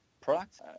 products